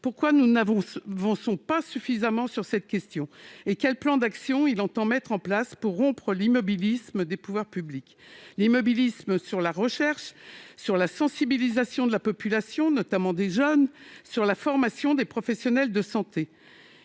pourquoi nous n'avançons pas suffisamment sur cette question et quel plan d'action il entend mettre en place pour rompre l'immobilisme des pouvoirs publics : immobilisme sur la recherche, sur la sensibilisation de la population, notamment des jeunes, sur la formation des professionnels de santé.